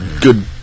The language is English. good